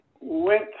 went